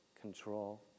control